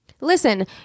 Listen